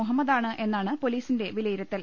മുഹമ്മദാണ് എന്നാണ് പൊലീസിന്റെ വിലയിരുത്തൽ